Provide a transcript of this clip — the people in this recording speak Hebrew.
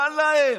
בא להם.